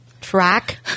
track